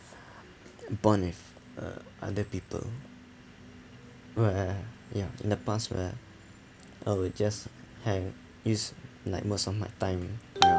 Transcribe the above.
bond with uh other people where ya in the past where I will just hang use like most of my time